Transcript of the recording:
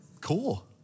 Cool